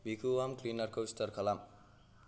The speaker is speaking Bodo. भेकुवाम क्लिनारखौ स्टार्ट खालाम